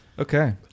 Okay